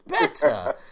better